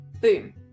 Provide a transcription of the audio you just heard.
boom